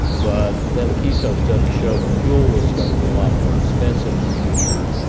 but then the keystone study showed the fuel was going to be a lot more expensive in the future,